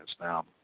Now